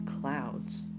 clouds